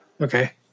okay